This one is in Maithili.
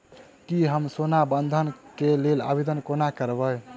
की हम सोना बंधन कऽ लेल आवेदन कोना करबै?